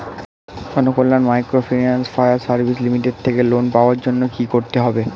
Janakalyan microfinance fire service limited থেকে loan পাওয়ার জন্য কি করতে হবে?